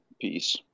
Peace